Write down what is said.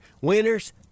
Winners